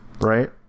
Right